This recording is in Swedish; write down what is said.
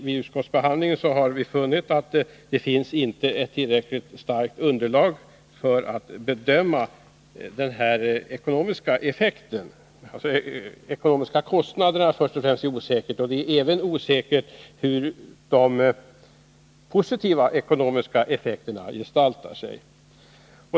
Vid utskottsbehandlingen har vi funnit att det inte finns tillräckligt starkt underlag för att bedöma den ekonomiska effekten av ett avbrytande av beteckningsreformen. Först och främst är de ekonomiska kostnaderna osäkra. Men det är även osäkert hur de positiva ekonomiska effekterna gestaltar sig.